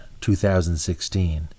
2016